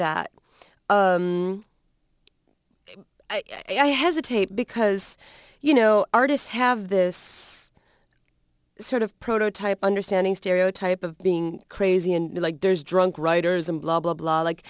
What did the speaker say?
that i hesitate because you know artists have this sort of prototype understanding stereotype of being crazy and like there's drug writers and blah blah blah like